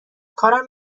کارم